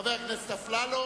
חבר הכנסת אפללו,